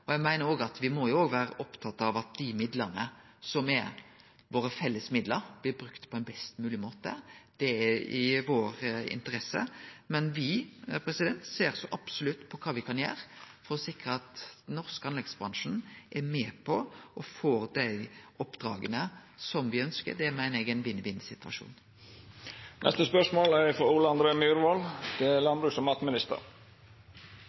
Eg meiner òg at me må vere opptatt av at dei midlane som er våre felles midlar, blir brukte på ein best mogleg måte. Det er i vår interesse. Men me ser så absolutt på kva me kan gjere for å sike at den norske anleggsbransjen er med på og får dei oppdraga som me ønskjer. Det meiner eg er ein vinn-vinn-situasjon. «Covid-19-krisa rammer en rekke næringer, også de grønne næringene som er